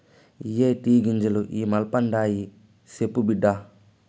ఇయ్యే టీ గింజలు ఇ మల్పండాయి, సెప్పు బిడ్డా